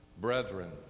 Brethren